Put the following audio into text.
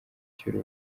cy’uru